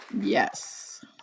yes